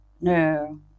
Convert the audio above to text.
No